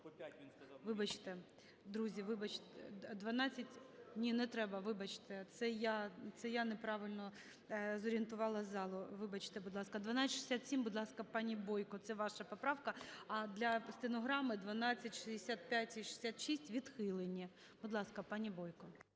Вибачте, друзі, вибачте. 12… Ні, не треба, вибачте, це я не правильно зорієнтувала залу, вибачте, будь ласка. 1267, будь ласка, пані Бойко, це ваша поправка. А для стенограми: 1265 і 66 відхилені. Будь ласка, пані Бойко.